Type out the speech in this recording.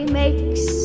makes